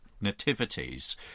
nativities